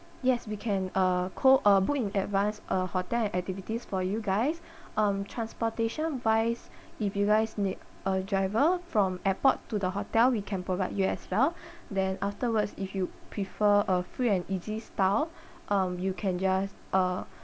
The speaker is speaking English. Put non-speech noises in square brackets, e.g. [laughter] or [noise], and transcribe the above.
yes we can uh co uh book in advance a hotel and activities for you guys [breath] um transportation wise [breath] if you guys need a driver from airport to the hotel we can provide you as well [breath] then afterwards if you prefer a free and easy style [breath] um you can just uh